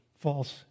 false